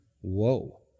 Whoa